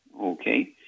Okay